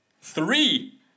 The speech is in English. Three